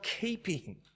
keeping